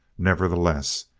nevertheless,